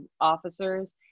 officers